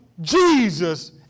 Jesus